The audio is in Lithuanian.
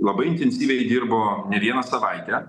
labai intensyviai dirbo ne vieną savaitę